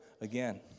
again